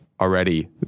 already